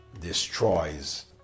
destroys